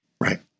Right